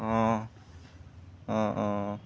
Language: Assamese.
অঁ অঁ অঁ